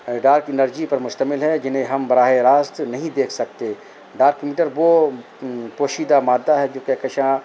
dark energy پر مشتمل ہے جنیں ہم براہ راست نہیں دیکھ سکتے ڈارک میٹر وہ پوشیدہ مادہ ہے جو کہکشاؤں